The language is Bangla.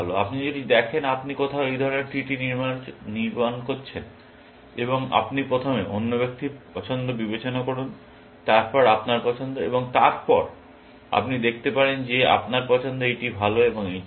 আপনি যদি দেখেন আপনি কোথাও এই ধরনের ট্রি নির্মাণ করেছেন আপনি প্রথমে অন্য ব্যক্তির পছন্দ বিবেচনা করুন তারপর আপনার পছন্দ এবং তারপর আপনি দেখতে পাবেন যে আপনার পছন্দ এইটি ভাল এবং এইটি ভাল